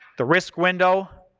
the risk window,